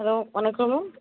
hello வணக்கம் ma'am